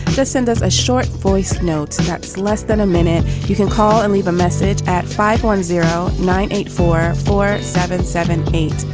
just send us a short. voice notes that's less than a minute. you can call and leave a message at five one zero nine eight four four seven seven eight.